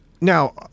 Now